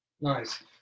nice